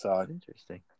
Interesting